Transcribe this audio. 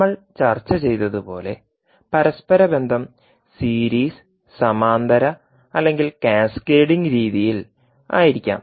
നമ്മൾ ചർച്ച ചെയ്തതുപോലെ പരസ്പരബന്ധം സീരീസ് സമാന്തര അല്ലെങ്കിൽ കാസ്കേഡിംഗ് seriesparallel or cascade രീതിയിൽ ആയിരിക്കാം